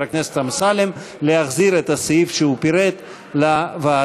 הכנסת אמסלם להחזיר את הסעיף שהוא פירט לוועדה,